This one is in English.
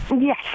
Yes